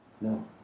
No